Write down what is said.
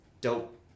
dope